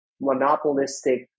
monopolistic